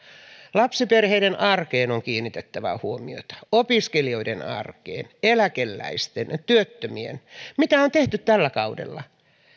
lapsiperheiden arkeen on kiinnitettävä huomiota opiskelijoiden arkeen eläkeläisten ja työttömien mitä on tehty tällä kaudella